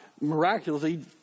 miraculously